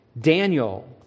Daniel